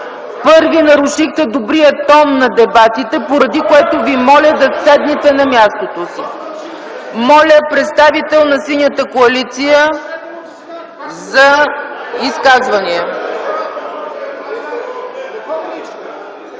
първи нарушихте добрия тон на дебатите, поради което Ви моля да седнете на мястото си! Моля представител на Синята коалиция за изказване.